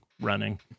running